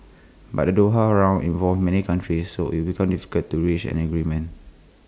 but the Doha round involves many countries so IT becomes difficult to reach an agreement